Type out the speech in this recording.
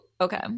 Okay